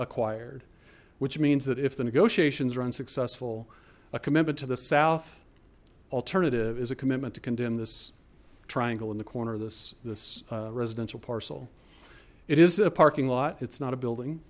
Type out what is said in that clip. acquired which means that if the negotiations are unsuccessful a commitment to the south alternative is a commitment to condemn this triangle in the corner of this this residential parcel it is a parking lot it's not a building